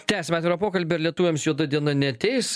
tęsiam atvirą pokalbį ar lietuviams juoda diena neateis